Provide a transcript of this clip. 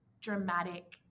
dramatic